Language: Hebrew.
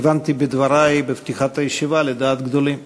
כיוונתי בדברי בפתיחת הישיבה לדעת גדולים.